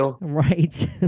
right